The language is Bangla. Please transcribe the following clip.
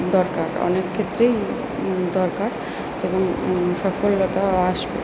দরকার অনেক ক্ষেত্রেই দরকার এবং সফলতা আসবে